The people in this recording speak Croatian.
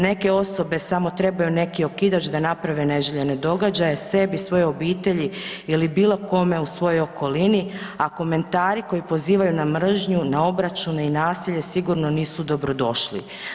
Neke osobe samo trebaju neki okidač da naprave neželjene događaje sebi i svojoj obitelji ili bilo kome u svojoj okolini, a komentari koji pozivaju na mržnju, na obračune i nasilje sigurno nisu dobro došli.